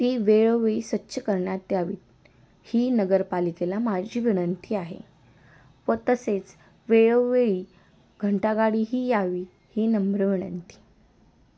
ती वेळोवेळी स्वच्छ करण्यात यावीत ही नगरपालिकेला माझी विनंती आहे व तसेच वेळोवेळी घंटागाडी ही यावी ही नम्र विनंती